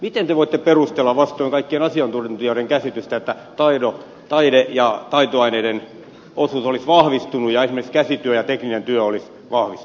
miten te voitte perustella vastoin kaikkien asiantuntijoiden käsitystä että taide ja taitoaineiden osuus olisi vahvistunut ja esimerkiksi käsityö ja tekninen työ olisivat vahvistuneet